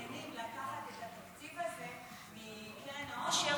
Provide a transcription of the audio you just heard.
--- לקחת את התקציב הזה מקרן העושר